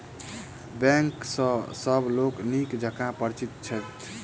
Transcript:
bank सॅ सभ लोक नीक जकाँ परिचित छथि